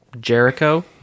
Jericho